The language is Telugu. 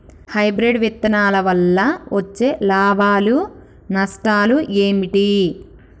హైబ్రిడ్ విత్తనాల వల్ల వచ్చే లాభాలు నష్టాలు ఏమిటి?